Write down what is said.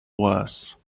worse